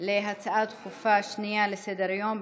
להצעות דחופות לסדר-היום,